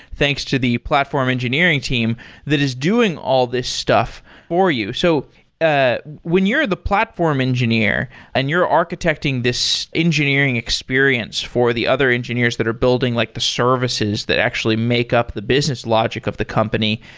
thanks to the platform engineering team that is doing all these stuff for you. so ah when you're the platform engineering and you're architecting this engineering experience for the other engineers that are building like the services that actually make up the business logic of the company,